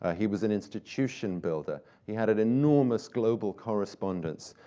ah he was an institution builder. he had an enormous global correspondence.